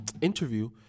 interview